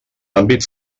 àmbit